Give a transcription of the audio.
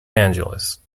angeles